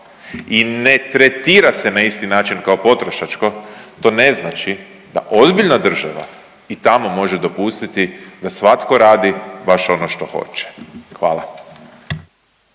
i ne tretira se na isti način kao potrošačko to ne znači da ozbiljna država i tamo može dopustiti da svatko radi baš ono što hoće. Hvala.